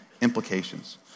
implications